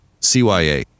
CYA